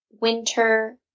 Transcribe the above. winter